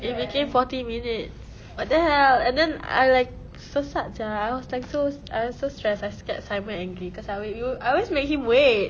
it became forty minutes what the hell and then I like sesat sia I was like so I was so stressed I scared simon angry cause I make yo~ I always make him wait